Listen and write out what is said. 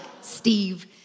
Steve